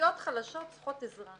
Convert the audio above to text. רשויות חלשות צריכות עזרה,